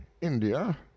India